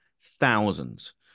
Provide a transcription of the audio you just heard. Thousands